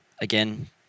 again